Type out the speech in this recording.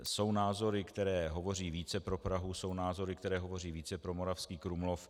Jsou názory, které hovoří více pro Prahu, jsou názory, které hovoří pro Moravský Krumlov.